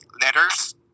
letters